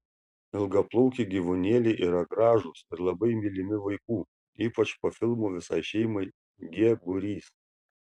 ilgaplaukiai gyvūnėliai yra gražūs ir labai mylimi vaikų ypač po filmo visai šeimai g būrys